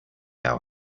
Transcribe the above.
our